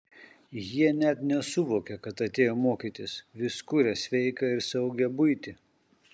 jie net nesuvokia kad atėjo mokytis vis kuria sveiką ir saugią buitį